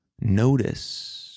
Notice